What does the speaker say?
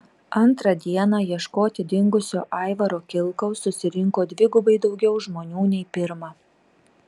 antrą dieną ieškoti dingusio aivaro kilkaus susirinko dvigubai daugiau žmonių nei pirmą